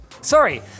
Sorry